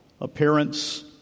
appearance